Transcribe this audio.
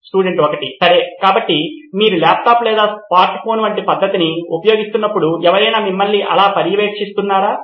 student 1 సరే కాబట్టి మీరు ల్యాప్టాప్ లేదా స్మార్ట్ ఫోన్ వంటి పద్ధతిని ఉపయోగిస్తున్నప్పుడు ఎవరైనా మిమ్మల్ని అలా పర్యవేక్షిస్తున్నారా